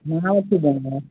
मां वठी ॾियांव